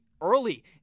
early